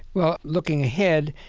well, looking ahead,